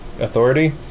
authority